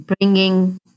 bringing